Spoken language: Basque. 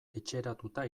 etxeratuta